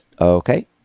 Okay